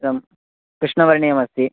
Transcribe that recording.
इदं कृष्णवर्णीयमस्ति